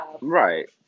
Right